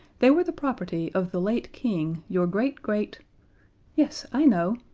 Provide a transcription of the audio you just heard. they were the property of the late king, your great-great yes, i know,